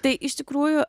tai iš tikrųjų